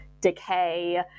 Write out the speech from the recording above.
decay